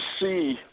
see